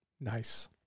Nice